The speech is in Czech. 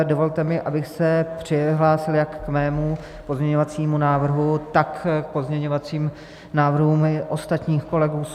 Dovolte mi, abych se přihlásil jak k svému pozměňovacímu návrhu, tak k pozměňovacím návrhům ostatních kolegů z ODS.